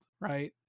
right